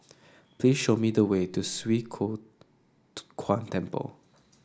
please show me the way to Swee Kow Kuan Temple